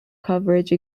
coverage